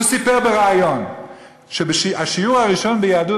סיפר בריאיון שהשיעור הראשון ביהדות,